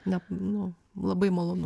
ne nu labai malonu